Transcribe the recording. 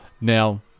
Now